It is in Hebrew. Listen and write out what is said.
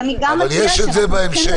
אבל יש את זה בהמשך.